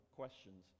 questions